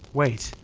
wait.